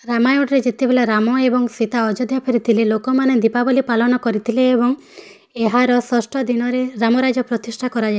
ରାମାୟଣରେ ଯେତେବେଳେ ରାମ ଏବଂ ସୀତା ଅଯୋଧ୍ୟା ଫେରିଥିଲେ ଲୋକମାନେ ଦୀପାବଳୀ ପାଳନ କରିଥିଲେ ଏବଂ ଏହାର ଷଷ୍ଠ ଦିନରେ ରାମ ରାଜ୍ୟ ପ୍ରତିଷ୍ଠା କରାଯାଇ